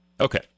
Okay